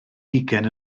hugain